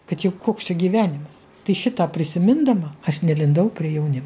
kad jau koks čia gyvenimas tai šitą prisimindama aš nelindau prie jauni